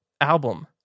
album